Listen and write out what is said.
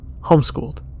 homeschooled